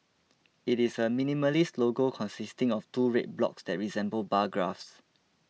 it is a minimalist logo consisting of two red blocks that resemble bar graphs